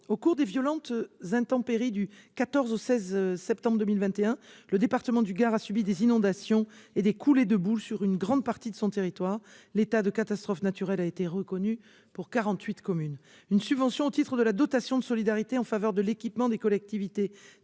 au cours des violentes intempéries qui ont eu lieu du 14 au 16 septembre 2021, le département du Gard a subi des inondations et des coulées de boue sur une grande partie de son territoire. L'état de catastrophe naturelle a été reconnu pour 48 communes. Une subvention versée au titre de la dotation de solidarité en faveur de l'équipement des collectivités